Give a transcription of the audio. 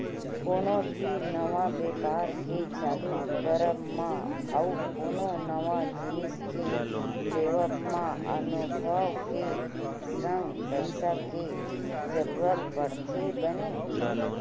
कोनो भी नवा बेपार के चालू करब मा अउ कोनो नवा जिनिस के लेवब म अनभव के संग पइसा के जरुरत पड़थे बने